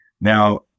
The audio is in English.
now